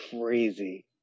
crazy